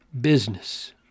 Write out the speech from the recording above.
business